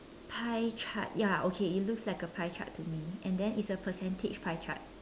pie chart ya okay it looks like a pie chart to me and then it's a percentage pie chart